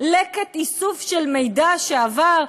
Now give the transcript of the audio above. לקט איסוף של מידע שעבר?